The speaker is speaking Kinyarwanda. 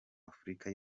afurika